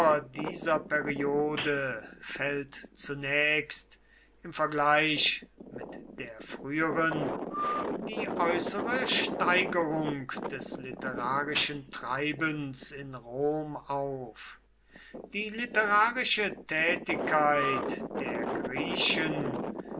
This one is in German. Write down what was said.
dieser periode fällt zunächst im vergleich mit der früheren die äußere steigerung des literarischen treibens in rom auf die literarische tätigkeit der griechen